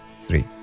three